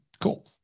cool